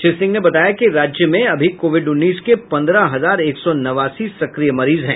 श्री सिंह ने बताया कि राज्य में अभी कोविड उन्नीस के पंद्रह हजार एक सौ नवासी सक्रिय मरीज हैं